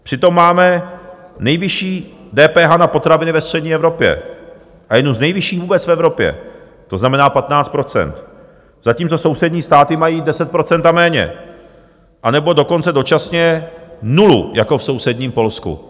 Přitom máme nejvyšší DPH na potraviny ve střední Evropě a jednu z nejvyšších vůbec v Evropě, to znamená 15 %, zatímco sousední státy mají 10 % a méně, anebo dokonce dočasně nulu jako v sousedním Polsku.